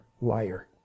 Liar